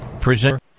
present